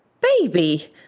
baby